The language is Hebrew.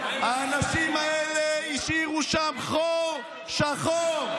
האנשים האלה השאירו שם חור שחור.